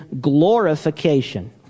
glorification